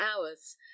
hours